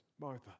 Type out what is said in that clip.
Martha